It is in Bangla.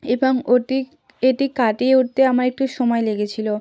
এবং ওটি এটি কাটিয়ে উটতে আমার একটু সময় লেগেছিলো